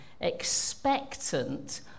expectant